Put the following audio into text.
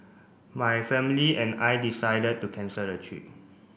my family and I decided to cancel the trip